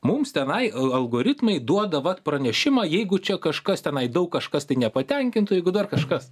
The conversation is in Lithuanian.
mums tenai algoritmai duoda vat pranešimą jeigu čia kažkas tenai daug kažkas tai nepatenkintų jeigu dar kažkas